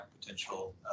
potential